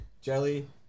Jelly